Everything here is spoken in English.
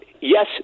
yes